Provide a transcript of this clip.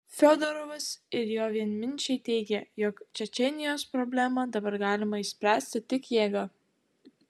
fiodorovas ir jo vienminčiai teigia jog čečėnijos problemą dabar galima išspręsti tik jėga